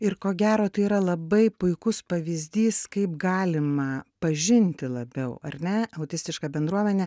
ir ko gero tai yra labai puikus pavyzdys kaip galima pažinti labiau ar ne autistišką bendruomenę